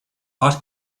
what